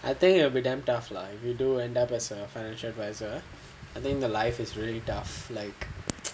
I think it will be damn tough lah if you do end up as a financial adviser I think the life is really tough like